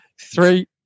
Three